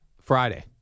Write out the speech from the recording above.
Friday